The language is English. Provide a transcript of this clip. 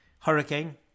hurricane